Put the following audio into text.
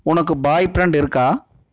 உனக்கு boyfriend இருக்கா